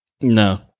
No